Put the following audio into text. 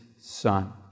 son